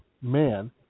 man